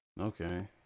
Okay